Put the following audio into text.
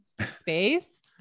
space